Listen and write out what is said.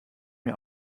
mir